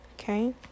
okay